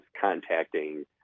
contacting